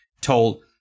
told